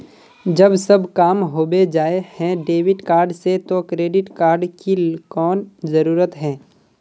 जब सब काम होबे जाय है डेबिट कार्ड से तो क्रेडिट कार्ड की कोन जरूरत है?